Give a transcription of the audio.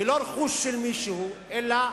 ולא רכוש של מישהו, אלא